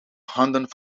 handen